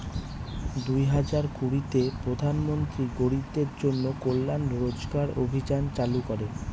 দুই হাজার কুড়িতে প্রধান মন্ত্রী গরিবদের জন্য কল্যান রোজগার অভিযান চালু করেন